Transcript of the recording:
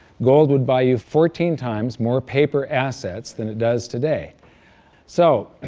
gold would buy you fourteen times more paper assets than it does today so,